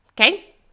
Okay